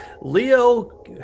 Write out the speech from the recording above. Leo